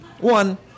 one